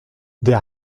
der